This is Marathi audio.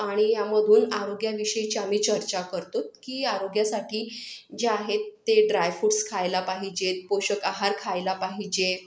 आणि यामधून आरोग्यांविषयीच्या आम्ही चर्चा करतोत की आरोग्यासाठी जे आहेत ते ड्रायफुट्स खायला पाहिजेत पोषक आहार खायला पाहिजे